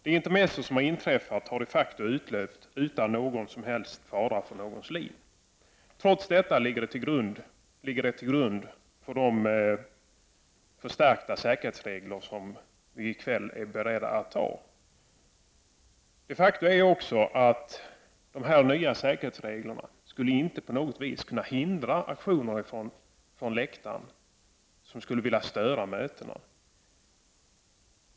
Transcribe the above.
Det intermezzo som inträffade avlöpte de facto utan någon som helst fara för någons liv. Trots detta ligger det till grund för de förslag om förstärkta säkerhetsregler som vi nu är beredda att anta. Faktum är också att de nya säkerhetsreglerna inte på något vis skulle hindra aktioner från läktaren som skulle störa mötena.